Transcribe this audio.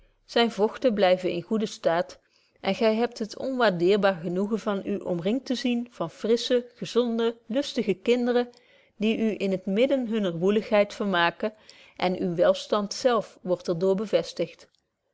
zyne vogten blyven in goeden staat en gy hebt het onwaardeerbaar genoegen van u omringt te zien van frissche gezonde lustige kinderen die u in t midden hunner woeligheid vermaken en uwe welstand zelf word er door bevestigt